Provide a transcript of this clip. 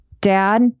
Dad